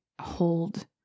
hold